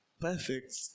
perfect